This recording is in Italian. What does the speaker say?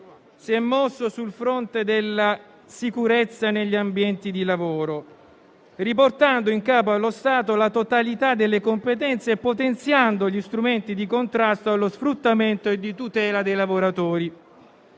si è mosso sul fronte della sicurezza negli ambienti di lavoro, riportando in capo allo Stato la totalità delle competenze e potenziando gli strumenti di contrasto allo sfruttamento e di tutela dei lavoratori.